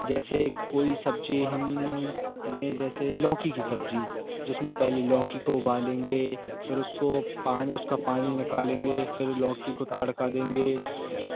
जैसे कोई सब्ज़ी हम लें जैसे लौकी की सब्ज़ी जिसमें पहले लौकी को उबालेंगे फिर उसको पानी उसका पानी निकालेंगे फिर लौकी को तड़का देंगे